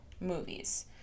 movies